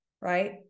right